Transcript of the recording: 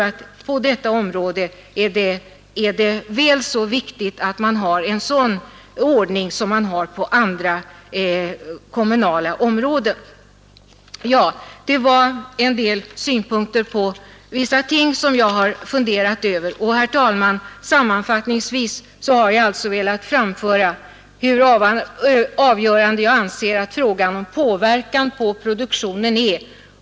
Det är väl så viktigt att man har en sådan ordning på detta område som att man har det på andra kommunala områden. Herr talman! Sammanfattningsvis har jag alltså för det första velat framhålla hur avgörande jag anser att frågan om påverkan på produktionen är.